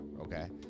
okay